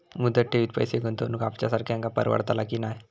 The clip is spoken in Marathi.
मुदत ठेवीत पैसे गुंतवक आमच्यासारख्यांका परवडतला की नाय?